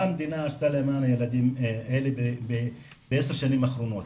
מה המדינה עשתה למען ילדים אלה בעשר השנים האחרונות?